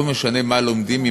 לא משנה מה לומדים,